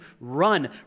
run